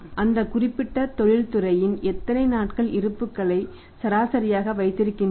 அந்த குறிப்பிட்ட தொழில்துறையில் எத்தனை நாட்கள் இருப்புக்கள் சராசரியாக வைத்திருக்கபடுகின்றன